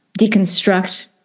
deconstruct